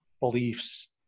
beliefs